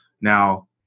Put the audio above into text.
Now